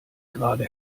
gerade